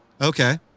Okay